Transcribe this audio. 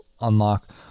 unlock